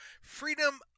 freedom